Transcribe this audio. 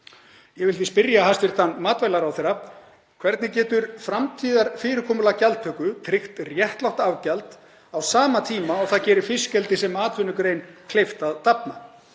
Ég vildi spyrja hæstv. matvælaráðherra: Hvernig getur framtíðarfyrirkomulag gjaldtöku tryggt réttlátt afgjald á sama tíma og það gerir fiskeldi sem atvinnugrein kleift að dafna?